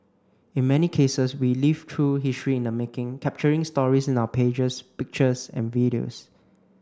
in many cases we live through history in the making capturing stories in our pages pictures and videos